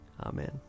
Amen